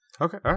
okay